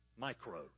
Micro